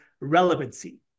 relevancy